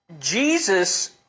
Jesus